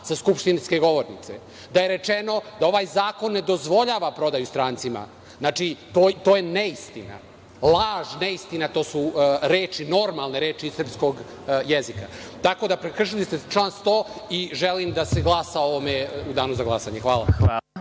sa skupštinske govornice, da je rečeno da ovaj zakon ne dozvoljava prodaju strancima, znači, to je neistina. Laž, neistina, to su reči, normalne reči srpskog jezika. Tako da, prekršili ste član 100. i želim da se glasa o ovome u danu za glasanje. Hvala.